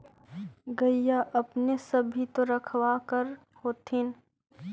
गईया अपने सब भी तो रखबा कर होत्थिन?